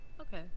Okay